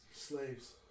Slaves